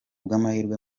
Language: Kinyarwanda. bw’amahirwe